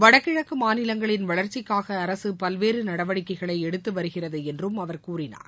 வடகிழக்கு மாநிலங்களின் வளர்ச்சிக்காக அரசு பல்வேறு நடவடிக்கைகளை எடுத்து வருகிறது என்றும் அவர் கூறினார்